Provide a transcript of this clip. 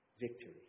Victory